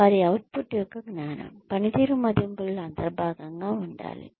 వారి అవుట్పుట్ యొక్క జ్ఞానం పనితీరు మదింపులలో అంతర్భాగంగా ఉండాలి